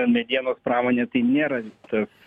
medienos pramonė tai nėra tas